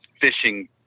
fishing